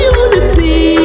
unity